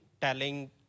telling